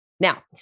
Now